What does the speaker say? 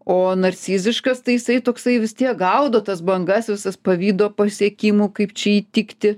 o narciziškas tai jisai toksai vis tiek gaudo tas bangas visas pavydo pasiekimų kaip čia įtikti